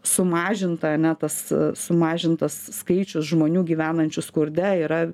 sumažinta ane tas sumažintas skaičius žmonių gyvenančių skurde yra